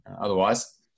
otherwise